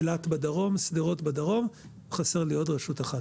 אילת בדרום, שדרות בדרום, חסרה לי עוד רשות אחת.